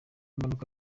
mpanuka